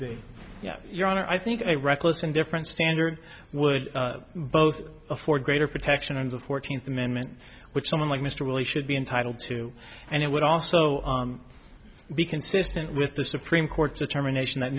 be yeah your honor i think a reckless and different standard would both afford greater protection under the fourteenth amendment which someone like mr willie should be entitled to and it would also be consistent with the supreme court's determination that